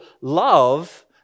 love